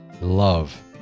love